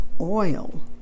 oil